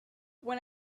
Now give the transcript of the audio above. when